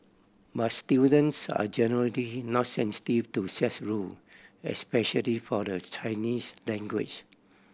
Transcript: but students are generally not sensitive to such rule especially for the Chinese language